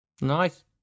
nice